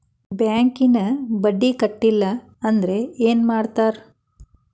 ಬ್ಯಾಂಕಿನ ಬಡ್ಡಿ ಕಟ್ಟಲಿಲ್ಲ ಅಂದ್ರೆ ಏನ್ ಮಾಡ್ತಾರ?